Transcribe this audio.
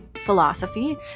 philosophy